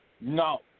No